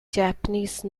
japanese